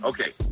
Okay